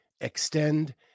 Extend